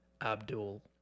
Abdul